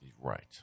Right